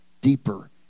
deeper